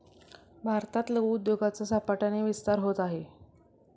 भारतात लघु उद्योगाचा झपाट्याने विस्तार होत आहे